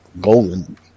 golden